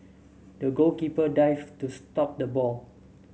the goalkeeper dived to stop the ball